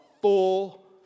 full